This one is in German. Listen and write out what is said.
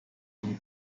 zum